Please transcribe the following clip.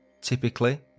Typically